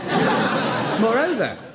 Moreover